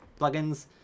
plugins